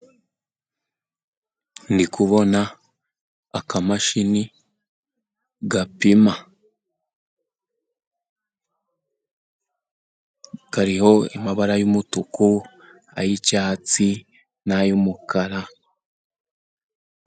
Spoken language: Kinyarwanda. Ndi kubona akamashini gapima, kariho amabara y'umutuku, ay'icyatsi n'ay'umukara.